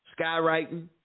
skywriting